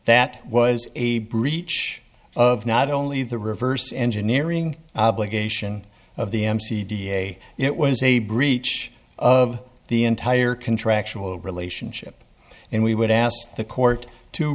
that was a breach of not only the reverse engineering obligation of the mc da it was a breach of the entire contractual relationship and we would ask the court to